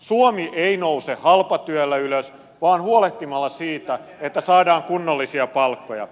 suomi ei nouse halpatyöllä ylös vaan huolehtimalla siitä että saadaan kunnollisia palkkoja